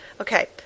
Okay